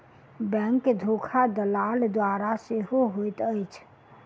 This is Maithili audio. बैंक धोखा दलाल द्वारा सेहो होइत अछि